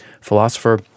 Philosopher